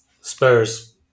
Spurs